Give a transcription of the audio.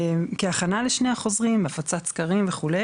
כהכנה לשני החוזרים, הפצת סקרים, וכו',